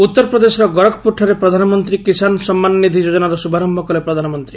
ଉତ୍ତର ପ୍ରଦେଶର ଗୋରଖପୁରଠାରେ ପ୍ରଧାନମନ୍ତୀ କିଷାନ୍ ସମ୍ମାନ ନିଧି ଯୋଜନାର ଶ୍ରୁଭାରମ୍ଠ କଲେ ପ୍ରଧାନମନ୍ତୀ